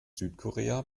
südkorea